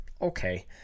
Okay